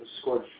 scored